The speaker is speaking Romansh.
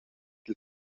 dil